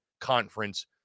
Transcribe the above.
conference